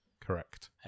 Correct